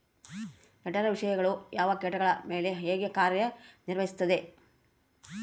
ಜಠರ ವಿಷಯಗಳು ಯಾವ ಕೇಟಗಳ ಮೇಲೆ ಹೇಗೆ ಕಾರ್ಯ ನಿರ್ವಹಿಸುತ್ತದೆ?